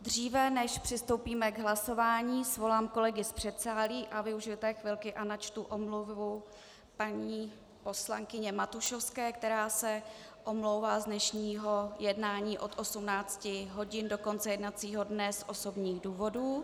Dříve než přistoupíme k hlasování, svolám kolegy z předsálí a využiji té chvilky a načtu omluvu paní poslankyně Matušovské, která se omlouvá z dnešního jednání od 18 hodin do konce jednacího dne z osobních důvodů.